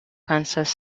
kansas